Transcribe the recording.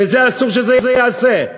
ואסור שזה ייעשה.